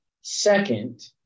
Second